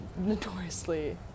notoriously